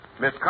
Miss